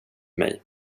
mig